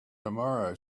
tomorrow